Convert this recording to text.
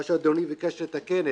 מה שאדוני ביקש לתקן,